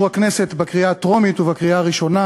הכנסת בקריאה הטרומית ובקריאה הראשונה,